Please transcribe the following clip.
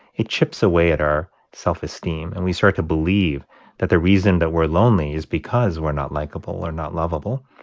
it chips away at our self-esteem, and we start to believe that the reason that we're lonely is because we're not likeable or not lovable.